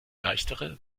leichtere